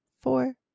four